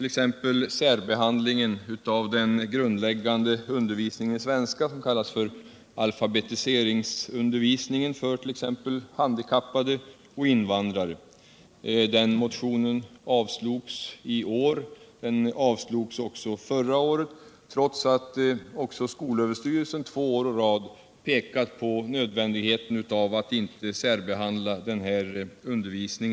ex. särbehandlingen av den grundläggande undervisningen i svenska, som kallas alfabetiseringsundervisning för 1. ex. handikappade och invandrare. Den motionen avslogs I år. Den avslogs även förra året. trots att också skolöverstyrelsen då två år å rad pekat på nödvändigheten av att inte särbehandla denna undervisning.